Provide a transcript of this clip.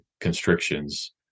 constrictions